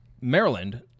Maryland